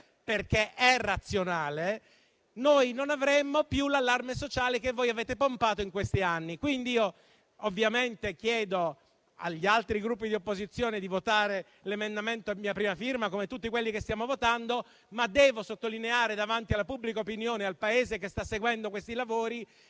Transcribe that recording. vicenda razionale - non avremmo più l'allarme sociale che avete pompato negli ultimi anni. Chiedo quindi, ovviamente, agli altri Gruppi di opposizione di votare l'emendamento a mia prima firma, come tutti quelli che stiamo votando, ma devo sottolineare davanti alla pubblica opinione e al Paese, che stanno seguendo i lavori,